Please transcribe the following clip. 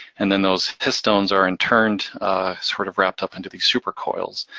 and then those histones are interned, sort of wrapped up into these super coils.